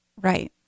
Right